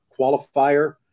qualifier